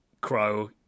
Crow